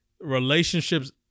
relationships